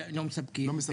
מספקים,